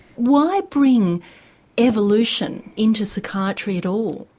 why bring evolution into psychiatry at all?